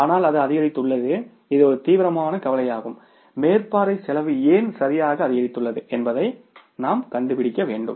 ஆனால் அது அதிகரித்துள்ளது இது ஒரு தீவிரமான கவலையாகும் மேற்பார்வை செலவு ஏன் சரியாக அதிகரித்துள்ளது என்பதை நாம் கண்டுபிடிக்க வேண்டும்